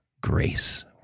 grace